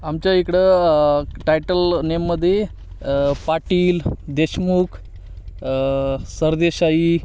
आमच्या इकडं टायटल नेममध्ये पाटील देशमुख सरदेसाई